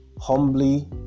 Humbly